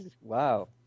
Wow